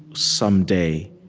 someday,